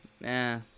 Nah